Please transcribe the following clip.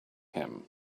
him